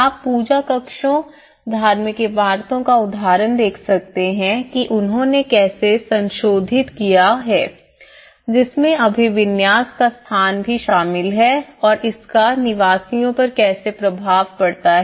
आप पूजा कक्षों धार्मिक इमारतों का उदाहरण देख सकते हैं कि उन्होंने इसे कैसे संशोधित किया है जिसमें अभिविन्यास का स्थान भी शामिल है और इसका निवासियों पर कैसे प्रभाव पड़ता है